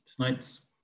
tonight's